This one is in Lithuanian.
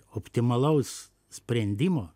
optimalaus sprendimo